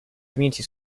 community